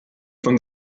from